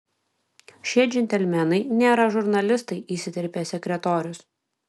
šie džentelmenai nėra žurnalistai įsiterpė sekretorius